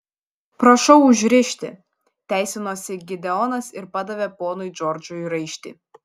prašau užrišti teisinosi gideonas ir padavė ponui džordžui raištį